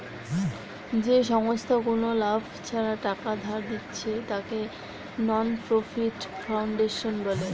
যেই সংস্থা কুনো লাভ ছাড়া টাকা ধার দিচ্ছে তাকে নন প্রফিট ফাউন্ডেশন বলে